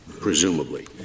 presumably